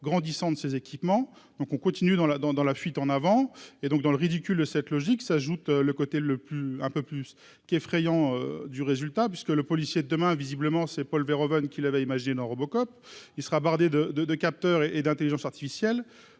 grandissant de ces équipements, donc on continue dans la dans dans la fuite en avant et donc dans le ridicule, cette logique s'ajoute le côté le plus, un peu plus qu'effrayant du résultat puisque le policier demain visiblement c'est Paul Verhoeven, qui l'avait imagine Robocop, il sera bardé de de de capteurs et d'Intelligence artificielle,